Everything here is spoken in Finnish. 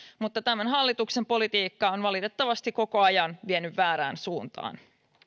mutta tämän hallituksen politiikka on valitettavasti koko ajan vienyt väärään suuntaan